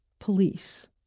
police